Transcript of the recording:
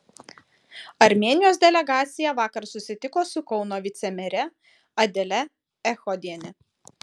armėnijos delegacija vakar susitiko su kauno vicemere adele echodiene